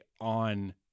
on